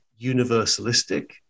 universalistic